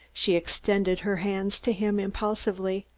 she extended her hands to him impulsively,